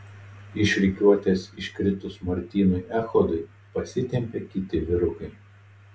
iš rikiuotės iškritus martynui echodui pasitempė kiti vyrukai